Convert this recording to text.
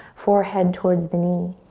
forehead towards the knee.